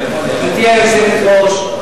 גברתי היושבת-ראש,